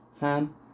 Ham